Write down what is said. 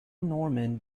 norman